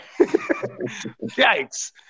Yikes